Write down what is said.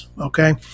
Okay